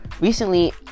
recently